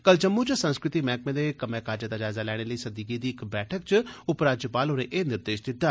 कल जम्मू च संस्कृति मैह्कमे दे कम्मै काजै दा जायजा लैने लेई सद्दी गेदी इक बैठका च उपराज्यपाल होरें एह् निर्देश दित्ता